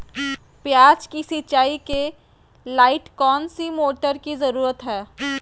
प्याज की सिंचाई के लाइट कौन सी मोटर की जरूरत है?